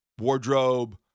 wardrobe